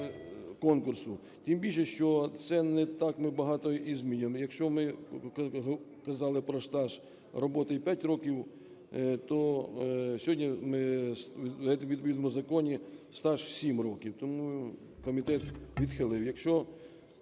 конкурсу, тим більше, що це не так ми багато і змінюємо. Якщо ми казали про стаж роботи 5 років, то сьогодні ми… у відповідному законі стаж в 7 років. Тому комітет відхилив.